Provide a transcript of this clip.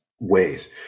ways